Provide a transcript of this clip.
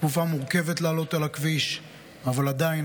אבל עדיין,